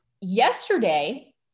yesterday